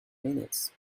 minutes